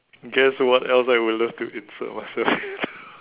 guess what else I would love to it's on my surface